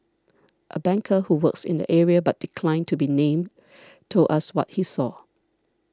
a banker who works in the area but declined to be named told us what he saw